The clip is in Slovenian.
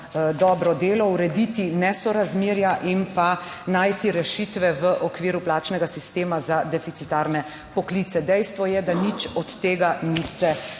dobro delo, urediti nesorazmerja in pa najti rešitve v okviru plačnega sistema za deficitarne poklice. Dejstvo je, da nič od tega niste rešili